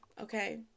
okay